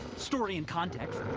story and context.